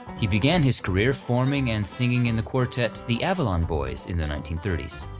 he began his career forming and singing in the quartet the avalon boys in the nineteen thirty s.